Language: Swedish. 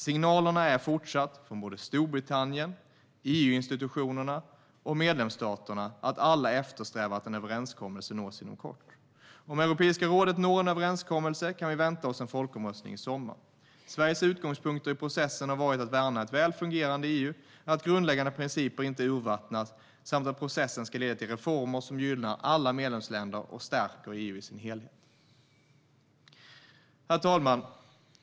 Signalerna är fortsatt, från såväl Storbritannien som EU-institutionerna och medlemsstaterna, att alla eftersträvar att en överenskommelse nås inom kort. Om Europeiska rådet når en överenskommelse kan vi vänta oss en folkomröstning i sommar. Sveriges utgångspunkter i processen har varit att värna ett väl fungerande EU, att grundläggande principer inte urvattnas och att processen ska leda till reformer som gynnar alla medlemsländer och stärker EU i dess helhet. Herr talman!